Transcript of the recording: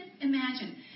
imagine